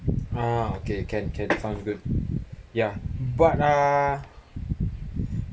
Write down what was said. ah okay can can sounds good ya but uh